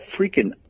freaking